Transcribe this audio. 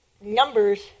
Numbers